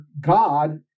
God